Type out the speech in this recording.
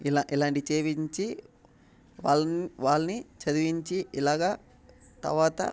ఇలా ఇలాంటివి చేయించి వాళ్ళని వాళ్ళని చదివించి ఇలాగ తరువాత